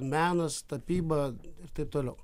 menas tapyba ir taip toliau